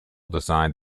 designed